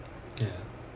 ya